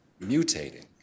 mutating